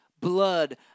blood